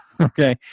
okay